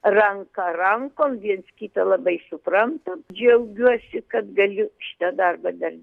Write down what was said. ranka rankon viens kitą labai suprantam džiaugiuosi kad galiu šitą darbą dar